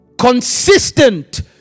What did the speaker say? consistent